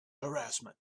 harassment